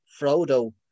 Frodo